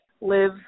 live